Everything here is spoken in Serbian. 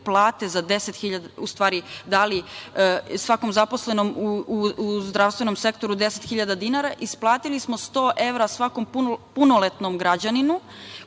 plate, u stvari dali svakom zaposlenom u zdravstvenom sektoru 10.000 dinara, isplatili smo 100 evra svakom punoletnom građaninu